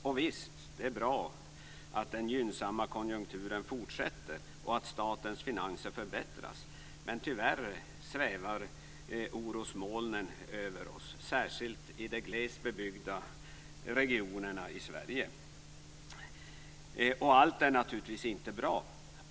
Och visst, det är bra att den gynnsamma konjunkturen fortsätter och att statens finanser förbättras. Tyvärr svävar orosmolnen över oss, särskilt i de glest bebyggda regionerna i Sverige och allt är naturligtvis inte bra.